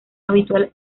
habitual